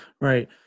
Right